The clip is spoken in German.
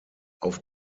auf